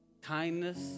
Kindness